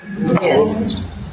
Yes